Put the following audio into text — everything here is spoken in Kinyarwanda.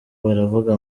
baravuga